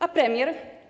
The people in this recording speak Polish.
A premier?